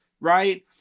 right